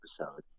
episode